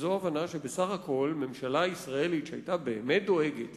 זו הבנה שבסך הכול ממשלה ישראלית, שבאמת דואגת